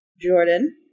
Jordan